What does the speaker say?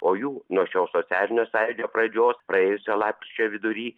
o jų nuo šio socialinio sąjūdžio pradžios praėjusio lapkričio vidury